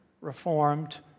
Reformed